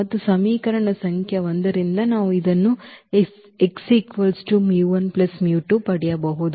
ಮತ್ತು ಸಮೀಕರಣ ಸಂಖ್ಯೆ 1 ರಿಂದ ನಾವು ಇದನ್ನು ಪಡೆಯಬಹುದು